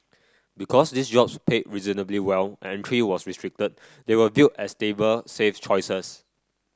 because these jobs paid reasonably well and entry was restricted they were viewed as stable safe choices